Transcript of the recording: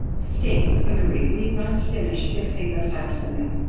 states agree, we must finish fixing the fafsa now.